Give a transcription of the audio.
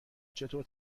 چطور